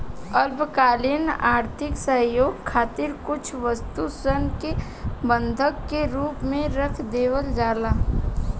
अल्पकालिक आर्थिक सहयोग खातिर कुछ वस्तु सन के बंधक के रूप में रख देवल जाला